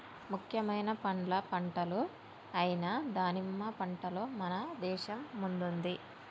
ముఖ్యమైన పండ్ల పంటలు అయిన దానిమ్మ పంటలో మన దేశం ముందుంది